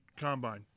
combine